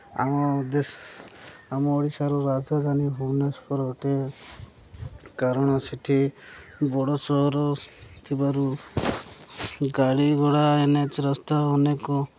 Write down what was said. ଆମ ଦେଶ ଆମ ଓଡ଼ିଶାର ରାଜଧାନୀ ଭୁବନେଶ୍ୱର ଅଟେ କାରଣ ସେଇଠି ବଡ଼ ସହର ଥିବାରୁ ଗାଡ଼ି ଘୋଡ଼ା ଏନ୍ ଏଚ୍ ରାସ୍ତା ଅନେକ